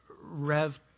Rev